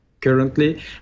currently